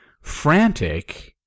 frantic